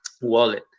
wallet